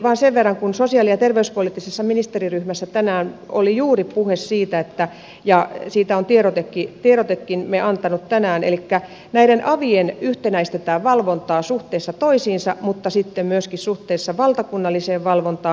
siitä sen verran että sosiaali ja terveyspoliittisessa ministeriryhmässä tänään juuri oli puhe siitä ja siitä olemme tiedotteenkin antaneet tänään että näiden avien valvontaa yhtenäistetään suhteessa toisiinsa mutta sitten myöskin suhteessa valtakunnalliseen valvontaan